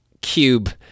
cube